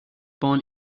born